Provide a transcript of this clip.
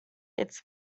its